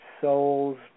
souls